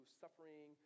suffering